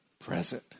present